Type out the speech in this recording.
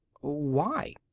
Why